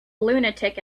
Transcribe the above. lunatic